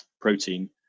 protein